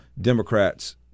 Democrats